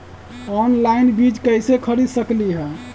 Online बीज कईसे खरीद सकली ह?